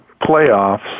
playoffs